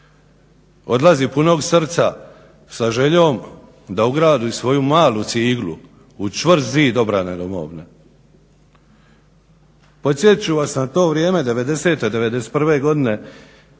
Odlazi punog srca sa željom da ugradi svoju malu ciglu u čvrst zid obrane domovine. Podsjetit ću vas na to vrijeme 90., 91. godine